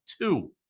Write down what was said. Two